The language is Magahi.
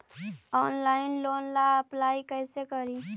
ऑनलाइन लोन ला अप्लाई कैसे करी?